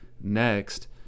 next